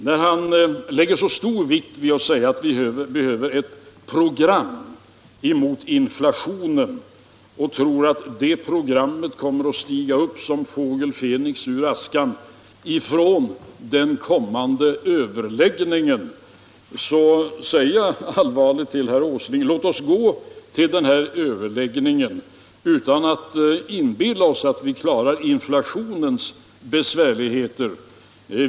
När han lägger så stor vikt vid att vi skall ha ett program mot inflationen, och tror att det programmet kommer att stiga upp som fågel Fenix ur askan från den kommande överläggningen säger jag allvarligt till herr Åsling: Låt oss gå till den här överläggningen utan att inbilla oss att vi klarar inflationens besvärligheter.